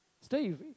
Steve